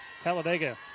Talladega